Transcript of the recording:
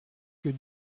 que